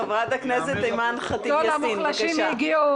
חברת הכנסת אימאן ח'טיב יאסין, בבקשה.